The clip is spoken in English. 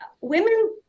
women